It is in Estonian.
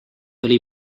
oli